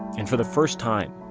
and for the first time,